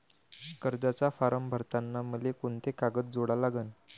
कर्जाचा फारम भरताना मले कोंते कागद जोडा लागन?